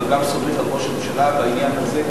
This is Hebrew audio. אבל גם סומך על ראש הממשלה בעניין הזה,